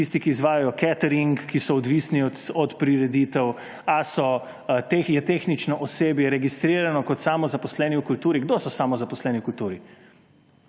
tisti, ki izvajajo catering, ki so odvisni od prireditev, ali je tehnično osebje registrirano kot samozaposleni v kulturi? Kdo so samozaposleni v kulturi?